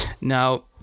Now